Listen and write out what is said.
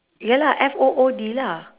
ya lah F O O D lah